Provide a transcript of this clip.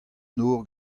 nor